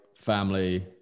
family